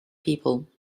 people